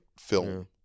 film